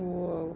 !whoa!